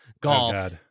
golf